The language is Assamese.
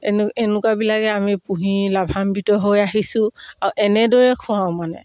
এনে এনেকুৱাবিলাকে আমি পুহি লাভান্বিত হৈ আহিছোঁ আৰু এনেদৰে খোৱাওঁ মানে